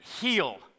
heal